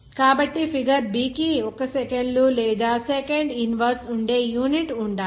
కాబట్టి figure b కి 1 సెకన్లు లేదా సెకండ్ ఇన్వర్స్ ఉండే యూనిట్ ఉండాలి